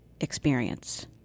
experience